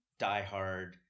diehard